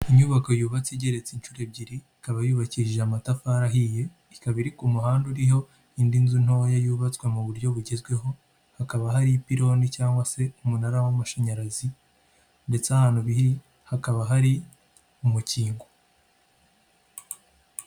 Inyubako yubatse igereretse inshuro ebyiri ikaba yubakishije amatafari ahiye, ikaba iri ku muhanda uriho indi nzu ntoya yubatswe mu buryo bugezweho, hakaba hari ipiloni cyangwa se umunara w'amashanyarazi ndetse ahantu biri hakaba hari umukingo.